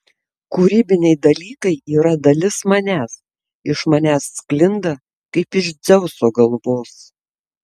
kūrybiniai dalykai yra dalis manęs iš manęs sklinda kaip iš dzeuso galvos